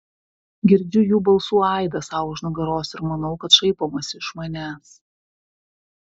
girdžiu jų balsų aidą sau už nugaros ir manau kad šaipomasi iš manęs